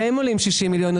והם עולים 60 מיליון,